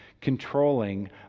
controlling